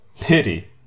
Pity